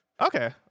Okay